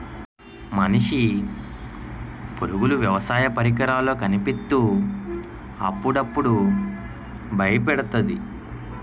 మనిషి పరుగులు వ్యవసాయ పరికరాల్లో కనిపిత్తు అప్పుడప్పుడు బయపెడతాది